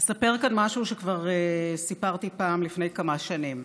אספר כאן משהו שכבר סיפרתי פעם, לפני כמה שנים.